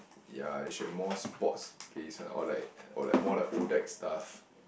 ya they should have more sports based one or like or like more like Odac stuff